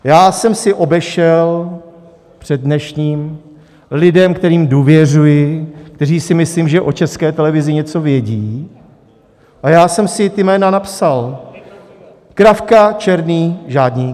Já jsem si obešel před dnešním dnem lidi, kterým důvěřuji, kteří si myslím, že o České televizi něco vědí, a já jsem si ta jména napsal: Kravka, Černý, Žádník.